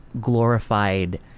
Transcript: glorified